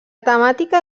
temàtica